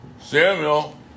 Samuel